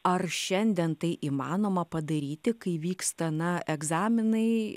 ar šiandien tai įmanoma padaryti kai vyksta na egzaminai